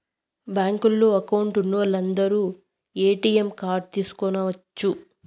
బ్యాంకులో అకౌంట్ ఉన్నోలందరు ATM card తీసుకొనచ్చు